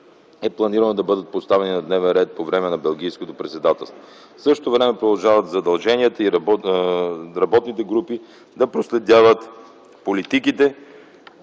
е планирано да бъдат поставени на дневен ред по време на Белгийско председателство. В същото време продължават задълженията и работните групи проследяват политиките